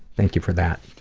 thank you for that.